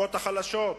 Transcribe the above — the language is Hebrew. השכבות החלשות.